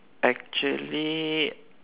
actually